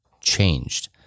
changed